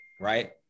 right